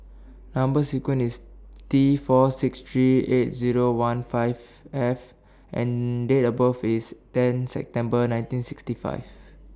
Number sequence IS T four six three eight Zero one five F and Date of birth IS ten September nineteen sixty five